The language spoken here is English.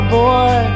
boy